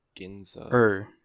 Ginza